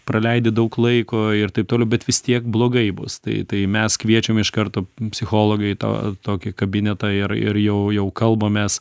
praleidi daug laiko ir taip toliau bet vis tiek blogai bus tai tai mes kviečiam iš karto psichologą į tą tokį kabinetą ir ir jau jau kalbamės